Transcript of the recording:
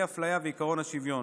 אי-אפליה ועקרון השוויון,